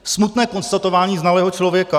Smutné konstatování znalého člověka.